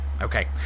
Okay